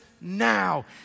now